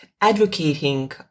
advocating